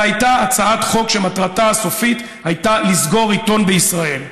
זו הייתה הצעת חוק שמטרתה הסופית הייתה לסגור עיתון בישראל,